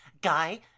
Guy